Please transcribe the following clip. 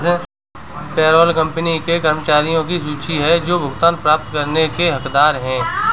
payroll company के कर्मचारियों की सूची है जो भुगतान प्राप्त करने के हकदार हैं